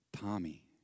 Tommy